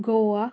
Goa